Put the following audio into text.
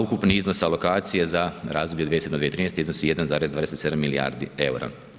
Ukupni iznos alokacije za razdoblje 2007.-2013. iznosi 1,27 milijardi eura.